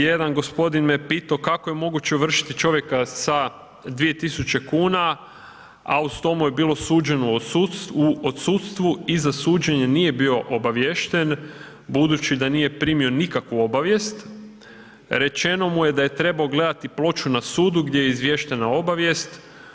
Jedan gospodin me pitao kako je moguće ovršiti čovjeka sa 2 tisuće kuna a uz to mu je bilo suđeno u odsudstvu i za suđenje nije bio obaviješten budući da nije primio nikakvu obavijest, rečeno mu je da je trebao gledati ploču na sudu gdje je izvještena obavijest.